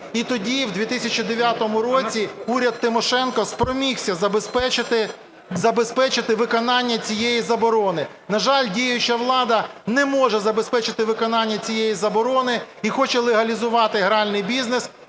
І тоді, в 2009 році, уряд Тимошенко спромігся забезпечити виконання цієї заборони. На жаль, діюча влада не може забезпечити виконання цієї заборони і хоче легалізувати гральний бізнес,